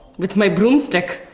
with my broomstick.